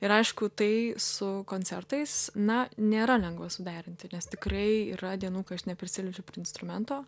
ir aišku tai su koncertais na nėra lengva suderinti nes tikrai yra dienų kai aš neprisiliečiu prie instrumento